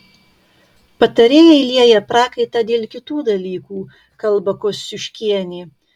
patarėjai lieja prakaitą dėl kitų dalykų kalba kosciuškienė